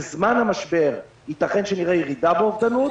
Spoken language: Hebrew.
בזמן המשבר ייתכן שנראה ירידה באובדנות.